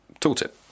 tooltip